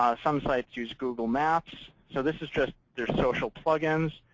some sites use google maps. so this is just their social plug-ins,